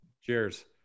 Cheers